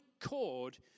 cord